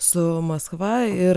su maskva ir